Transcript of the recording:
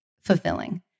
fulfilling